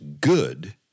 good